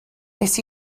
nes